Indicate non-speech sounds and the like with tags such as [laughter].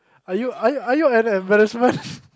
are you are you are you an embarrassment [laughs]